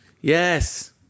Yes